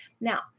Now